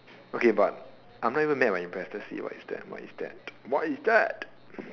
okay but I'm not even mad but impressed let's see what is that what is that what is that